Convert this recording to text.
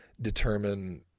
determine